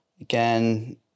Again